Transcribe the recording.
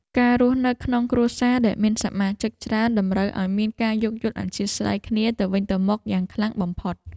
ការរស់នៅក្នុងគ្រួសារដែលមានសមាជិកច្រើនតម្រូវឱ្យមានការយោគយល់អធ្យាស្រ័យគ្នាទៅវិញទៅមកយ៉ាងខ្លាំងបំផុត។